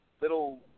little